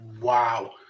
wow